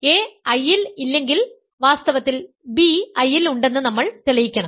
a I ൽ ഇല്ലെങ്കിൽ വാസ്തവത്തിൽ b I ൽ ഉണ്ടെന്ന് നമ്മൾ തെളിയിക്കണം